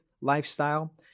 lifestyle